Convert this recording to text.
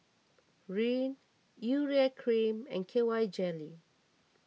Rene Urea Cream and K Y Jelly